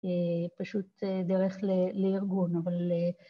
פשוט דרך לארגון, אבל...